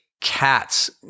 cats